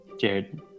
Jared